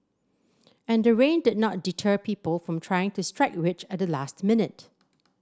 and the rain did not deter people from trying to strike rich at the last minute